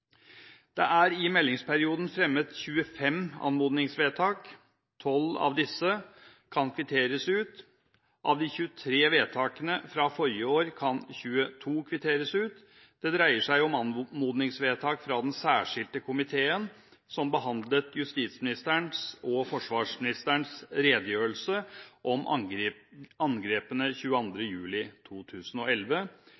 Det er i meldingsperioden fremmet 25 anmodningsvedtak. 12 av disse kan kvitteres ut. Av de 23 vedtakene fra forrige år kan 22 kvitteres ut. Det dreier seg om anmodningsvedtak fra den særskilte komiteen som behandlet justisministerens og forsvarsministerens redegjørelser om angrepene